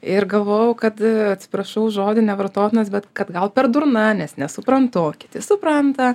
ir galvojau kad atsiprašau žodį nevartotinas bet kad gal per durna nes nesuprantu o kiti supranta